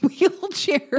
wheelchair